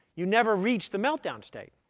you never reach the meltdown state.